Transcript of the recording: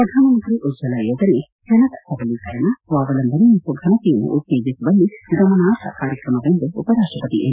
ಪ್ರಧಾನಮಂತ್ರಿ ಉಜ್ವಲಾ ಯೋಜನೆ ಜನರ ಸಬಲೀಕರಣ ಸ್ವಾವಲಂಬನೆ ಮತ್ತು ಫನತೆಯನ್ನು ಉತ್ತೇಜಿಸುವಲ್ಲಿ ಗಮನಾರ್ಹ ಕಾರ್ಯಕ್ರಮವೆಂದು ಉಪರಾಷ್ಟಪತಿ ಎಂ